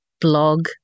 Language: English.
blog